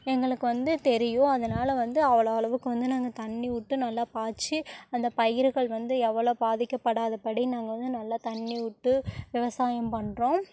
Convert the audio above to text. எங்களுக்கு வந்து தெரியும் அதனால வந்து அவ்வளோ அளவுக்கு வந்து நாங்கள் தண்ணி விட்டு நல்லா பாய்ச்சி அந்த பயிர்கள் வந்து எவ்வளோ பாதிக்கப்படாதப்படி நாங்கள் வந்து நல்லா தண்ணி விட்டு விவசாயம் பண்ணுறோம்